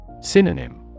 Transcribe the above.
Synonym